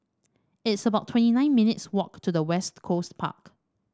it's about twenty nine minutes' walk to West Coast Park